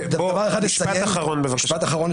משפט אחרון, בבקשה.